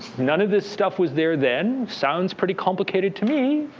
none of this stuff was there then. sounds pretty complicated to me.